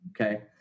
Okay